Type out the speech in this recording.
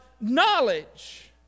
knowledge